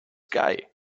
guy